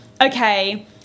okay